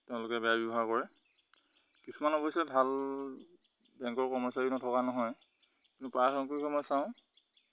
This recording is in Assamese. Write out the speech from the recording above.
তেওঁলোকে বেয়া ব্যৱহাৰ কৰে কিছুমান অৱশ্যে ভাল বেংকৰ কৰ্মচাৰী নথকা নহয় কিন্তু পায় সংংক্ৰকে মই চাওঁ